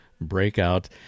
breakout